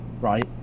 right